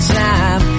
time